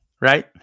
right